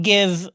Give